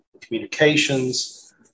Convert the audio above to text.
communications